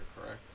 correct